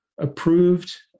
approved